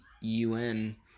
UN